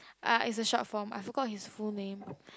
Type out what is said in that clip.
uh is a short form I forgot his full name